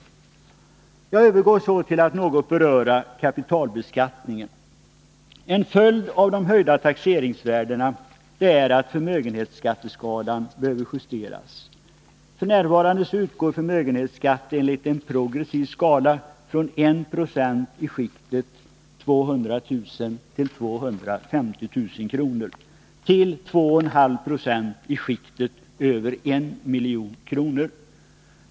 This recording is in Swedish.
Jag övergår så till att något beröra kapitalbeskattningen. En följd av de höjda taxeringsvärdena är att förmögenhetsskatteskalan behöver justeras. F. n. utgår förmögenhetsskatten enligt en progressiv skala från 1 90 i skikten 200 000-250 000 kr. till 2,5 96 i skikten över 1 milj.kr.